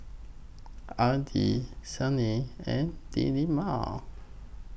Aidil Isnin and Delima